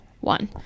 one